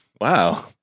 Wow